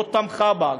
לא תמכה בה,